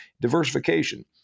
Diversification